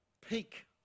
peak